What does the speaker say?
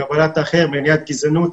קבלת האחר ומניעת גזענות.